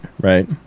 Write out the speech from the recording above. right